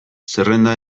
zerrenda